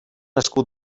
escut